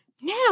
Now